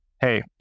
hey